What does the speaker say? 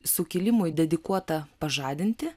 sukilimui dedikuota pažadinti